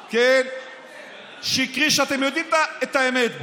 שקרי, שקרי, שאתם יודעים את האמת בו.